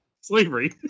slavery